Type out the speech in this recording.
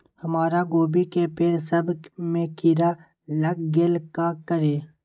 हमरा गोभी के पेड़ सब में किरा लग गेल का करी?